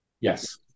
Yes